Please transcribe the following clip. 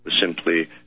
simply